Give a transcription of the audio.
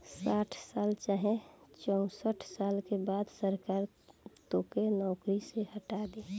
साठ साल चाहे चौसठ साल के बाद सरकार तोके नौकरी से हटा दी